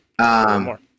more